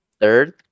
third